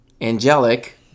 angelic